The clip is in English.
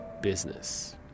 business